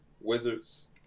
Wizards